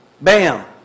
Bam